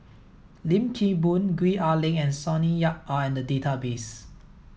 Lim Kim Boon Gwee Ah Leng and Sonny Yap are in the database